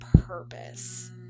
purpose